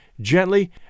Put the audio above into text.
gently